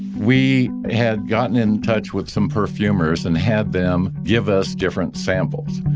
we had gotten in touch with some perfumers, and had them give us different samples.